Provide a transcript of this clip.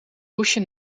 hoesje